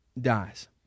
dies